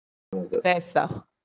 best lah